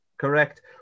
Correct